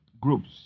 groups